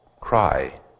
cry